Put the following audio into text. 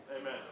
Amen